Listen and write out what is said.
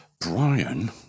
Brian